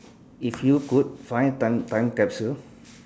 if you could find time time capsule